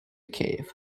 cave